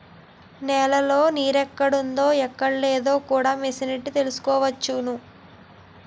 నేలలో నీరెక్కడుందో ఎక్కడలేదో కూడా మిసనెట్టి తెలుసుకోవచ్చు